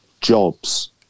jobs